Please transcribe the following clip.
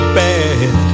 bad